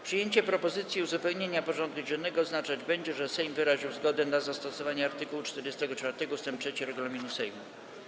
Przyjęcie propozycji uzupełnienia porządku dziennego oznaczać będzie, że Sejm wyraził zgodę na zastosowanie art. 44 ust. 3 regulaminu Sejmu.